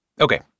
Okay